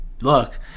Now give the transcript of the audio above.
look